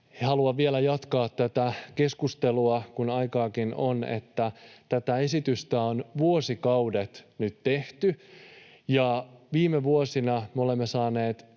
Haluan vielä jatkaa tätä keskustelua, kun aikaakin on. — Tätä mitoitusta on vuosikaudet nyt tehty, ja viime vuosina me olemme saaneet